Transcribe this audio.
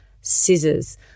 Scissors